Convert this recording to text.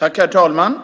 Herr talman!